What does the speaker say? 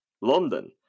London